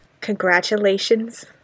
Congratulations